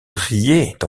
riait